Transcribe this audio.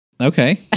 Okay